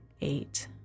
eight